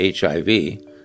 HIV